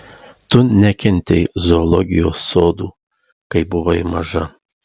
tu nekentei zoologijos sodų kai buvai maža